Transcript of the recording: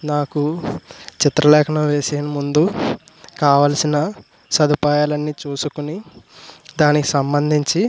నాకు చిత్రలేఖనం వేసే ముందు కావాల్సిన సదుపాయాలు అన్నీచూసుకొని దానికి సంబంధించి